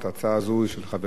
הצעה זו היא של חברי